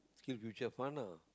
SkillsFuture fund ah